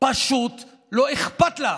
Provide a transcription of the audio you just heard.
פשוט לא אכפת לה.